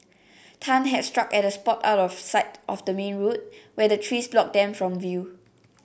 tan had struck at a spot out of sight of the main road where the trees blocked them from view